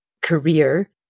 career